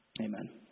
Amen